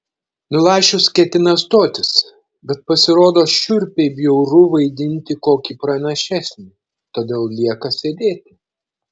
milašius ketina stotis bet pasirodo šiurpiai bjauru vaidinti kokį pranašesnį todėl lieka sėdėti